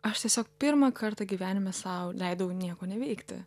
aš tiesiog pirmą kartą gyvenime sau leidau nieko neveikti